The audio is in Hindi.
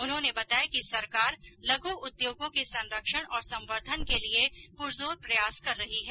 उन्होंने बताया कि सरकार लघु उद्योगों के संरक्षण और संवर्द्धन के लिए पुरजोर प्रयास कर रही है